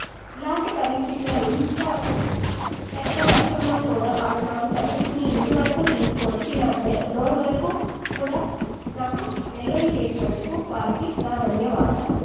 ఇలాంటి పరిస్థితిలో ఇంత పెద్ద వర్షంలో కూడా వాళ్ళు నాకు సర్వీస్ని ఇంటి వరకు తీసుకువచ్చి నా డె డోర్ వరకు కూడా నాకు డెలివరీ చేసినందుకు వారికి నా ధన్యవాదాలు